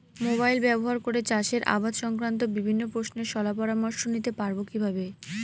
Mobile ব্যাবহার করে চাষের আবাদ সংক্রান্ত বিভিন্ন প্রশ্নের শলা পরামর্শ নিতে পারবো কিভাবে?